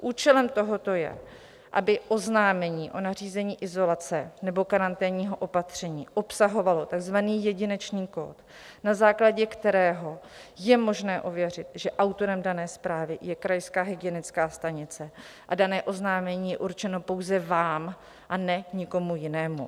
Účelem tohoto je, aby oznámení o nařízení izolace nebo karanténního opatření obsahovalo takzvaný jedinečný kód, na základě kterého je možné ověřit, že autorem dané zprávy je krajská hygienická stanice a dané oznámení je určeno pouze vám a ne nikomu jinému.